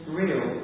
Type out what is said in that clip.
real